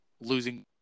losing